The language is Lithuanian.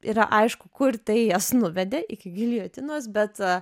yra aišku kur tai jas nuvedė iki giljotinos bet